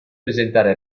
presentare